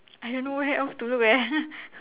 I don't know where else to look eh